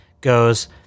goes